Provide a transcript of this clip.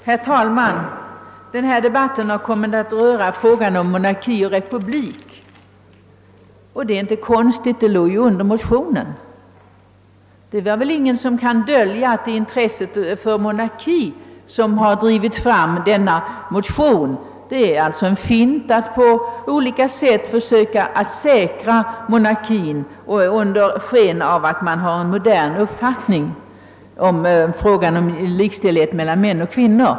Herr talman! Denna debatt har kommit att beröra frågan om republik och monarki, och det är inte alls konstigt. Den har ju legat under motionen. Ingen kan väl förneka att det är intresset för monarki som har drivit fram den motionen. Det är en fint att på olika sätt försöka säkra monarkin under sken av att man har en modern uppfattning när det gäller frågan om likställighet mellan män och kvinnor.